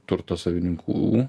turto savininkų